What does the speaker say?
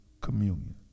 communion